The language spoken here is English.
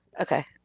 okay